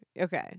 okay